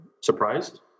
surprised